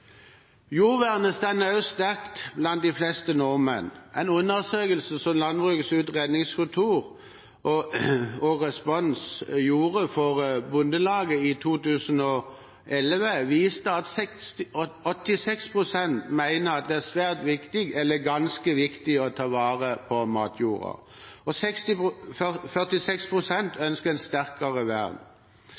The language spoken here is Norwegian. Jordvernet står sterkt blant de fleste nordmenn. En undersøkelse som Landbrukets Utredningskontor og Respons gjorde for Bondelaget i 2011, viste at 86 pst. mener det er svært viktig eller ganske viktig å ta vare på matjorda, og 46 pst. ønsker et sterkere vern.